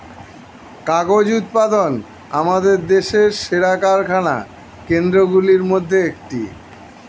কাগজ উৎপাদন আমাদের দেশের সেরা কারখানা কেন্দ্রগুলির মধ্যে একটি